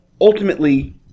ultimately